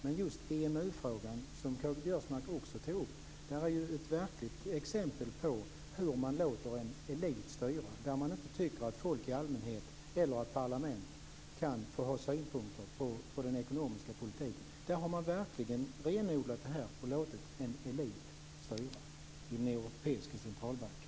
Men EMU-frågan, som Karl-Göran Biörsmark också tog upp, är ju ett verkligt exempel på hur man låter en elit styra och inte tycker att folk i allmänhet, eller parlamentet, får ha synpunkter på den ekonomiska politiken. Där har man verkligen renodlat detta och låtit en elit styra i den europeiska centralbanken.